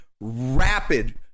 rapid